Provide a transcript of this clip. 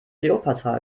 kleopatra